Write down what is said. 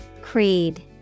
Creed